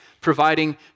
providing